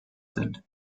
sind